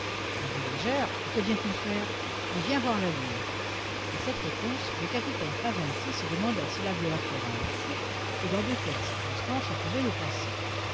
un voyageur et que vient-il faire il vient voir la lune à cette réponse le capitaine craventy se demanda s'il avait affaire à un fou et dans de telles circonstances on pouvait le penser